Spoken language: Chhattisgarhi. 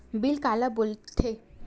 बिल काला बोल थे?